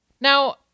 Now